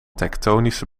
tektonische